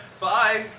Bye